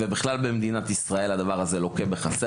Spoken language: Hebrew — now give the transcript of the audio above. ובכלל במדינת ישראל הדבר הזה לוקה בחסר,